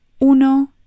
uno